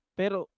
pero